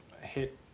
hit